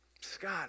Scott